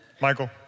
Michael